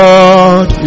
God